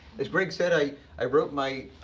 as greg said, i i wrote my